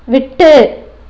விட்டு